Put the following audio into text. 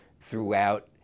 throughout